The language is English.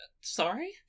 sorry